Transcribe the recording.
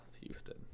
Houston